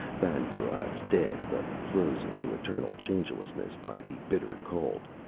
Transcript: ban cruach, dead but frozen to eternal changelessness by the bitter cold,